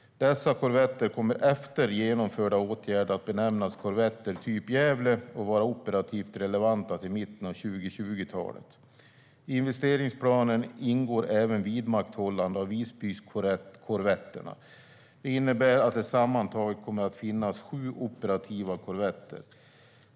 Dessa korvetter kommer efter genomförda åtgärder att benämnas korvetter typ Gävle och vara operativt relevanta till mitten av 2020talet. I investeringsplanen ingår även vidmakthållande av Visbykorvetterna. Det innebär att det sammantaget kommer att finnas sju operativa korvetter.